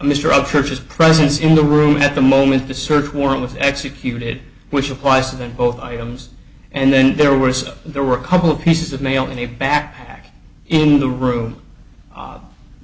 of churches presence in the room at the moment the search warrant was executed which applies to them both items and then there were so there were a couple of pieces of mail in the back in the room